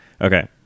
okay